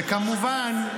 וכמובן,